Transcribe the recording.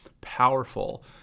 powerful